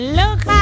look